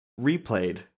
replayed